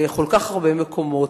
בכל כך הרבה מקומות,